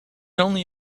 only